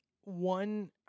one